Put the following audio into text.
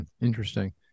Interesting